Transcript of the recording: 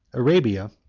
arabia,